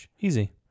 Easy